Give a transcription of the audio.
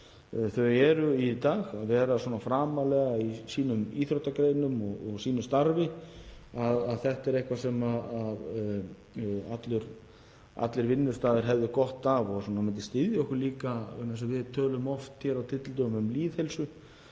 þau eru í dag, að vera svona framarlega í sínum íþróttagreinum og sínu starfi. Þetta er eitthvað sem allir vinnustaðir hefðu gott af og myndi styðja okkur líka — og við tölum oft á tyllidögum um lýðheilsu